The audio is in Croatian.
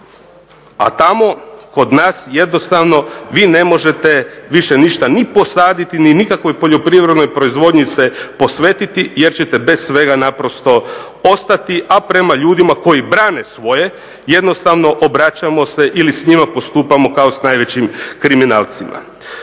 A tamo kod nas jednostavno vi ne možete više ništa ni posaditi ni nikakvoj poljoprivrednoj proizvodnji se posvetiti jer ćete bez svega naprosto ostati, a prema ljudima koji brane svoje jednostavno obraćamo se ili s njima postupamo kao s najvećim kriminalcima.